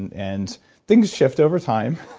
and things shift over time.